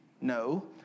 no